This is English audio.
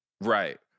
right